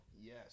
Yes